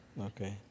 Okay